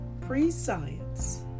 pre-science